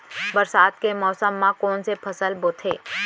बरसात के मौसम मा कोन से फसल बोथे?